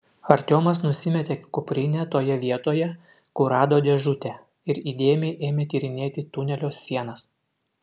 artiomas nusimetė kuprinę toje vietoje kur rado dėžutę ir įdėmiai ėmė tyrinėti tunelio sienas